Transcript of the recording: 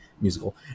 musical